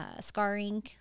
scarring